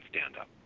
stand-up